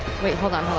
wait, hold on,